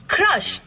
crush